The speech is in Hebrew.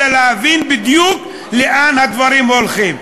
אלא להבין בדיוק לאן הדברים הולכים.